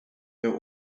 their